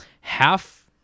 half